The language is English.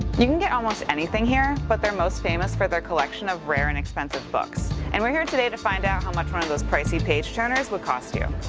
you can get almost anything here, but they're most famous for their collection of rare and expensive books, and we're here today to find out how much one of those pricey page-turners will cost you.